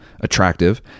attractive